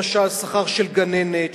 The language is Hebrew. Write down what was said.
למשל שכר של גננת,